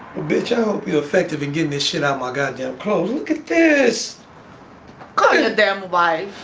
bitch i hope you effective and give me shit out my goddamn clothes look at this call your damn wife.